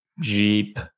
Jeep